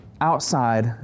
outside